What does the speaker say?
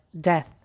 death